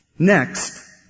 Next